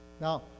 Now